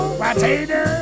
potato